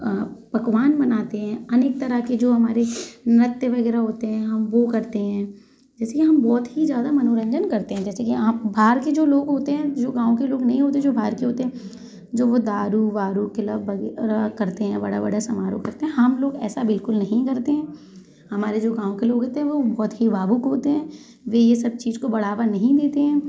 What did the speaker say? पकवान बनाते है अनेक तरह के जो हमारे नृत्य वगैरह होते है हम वो करते हैं जैसे कि हम बहुत ही ज़्यादा मनोरंजन करते है जैसे कि आप बाहर के जो लोग होते है जो गाँव के लोग नही होते है जो बाहर के होते है जो वो दारू वारु के वगैरह करते है बड़ा बड़ा समारोह करते है हम लोग ऐसा बिल्कुल नहीं करते हमारे जो गाँव के लोग होते है वो बहुत ही भावुक होते हैं वे ये सब चीज को बढ़ावा नही देते हैं